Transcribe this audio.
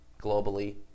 globally